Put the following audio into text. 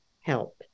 help